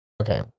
Okay